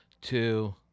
two